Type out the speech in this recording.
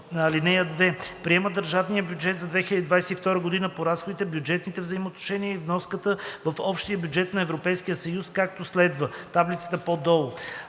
(2) Приема държавния бюджет за 2022 г. по разходите, бюджетните взаимоотношения и вноската в общия бюджет на Европейския съюз, както следва:“ (Съгласно